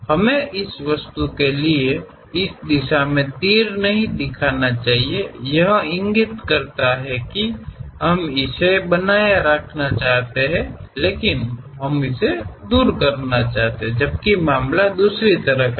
हमें इस वस्तु के लिए इस दिशा में तीर नहीं दिखाना चाहिए यह इंगित करता है कि हम इसे बनाए रखना चाहते हैं लेकिन हम इसे दूर करना चाहते हैं जबकि मामला दूसरी तरह का है